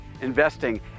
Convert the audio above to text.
investing